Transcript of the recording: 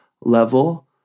level